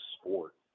sport